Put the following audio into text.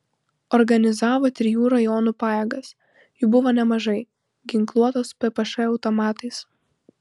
organizavo trijų rajonų pajėgas jų buvo nemažai ginkluotos ppš automatais